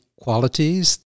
qualities